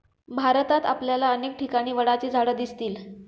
भारतात आपल्याला अनेक ठिकाणी वडाची झाडं दिसतील